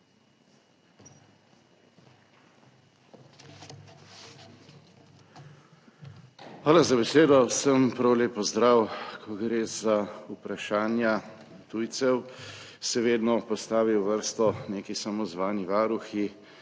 Hvala za besedo, vsem prav lep pozdrav. Ko gre za vprašanja tujcev, se vedno postavi v vrsto neki samozvani varuhi